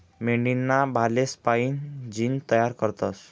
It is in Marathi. मेंढीना बालेस्पाईन जीन तयार करतस